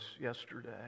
yesterday